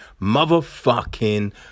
motherfucking